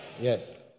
yes